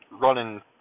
running